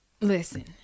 Listen